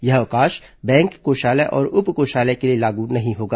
यह अवकाश बैंक कोषालय और उप कोषालय के लिए लागू नहीं होगा